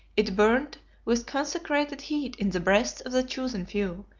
it burnt with concentrated heat in the breasts of the chosen few,